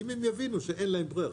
אם הם יבינו שאין להם ברירה,